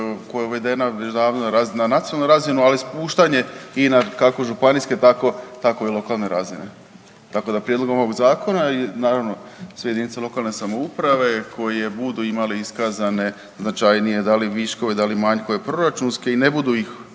koja je uvedena već davno na nacionalnu razinu, ali spuštanje i na kako županijske, tako i lokalne razine. Tako da prijedlog ovog Zakona i naravno sve jedinice lokalne samouprave koje budu imale iskazane značajnije, da li viškove, da li manjkove proračunske i ne budu ih